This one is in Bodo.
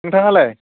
नोंथाङालाय